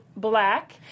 Black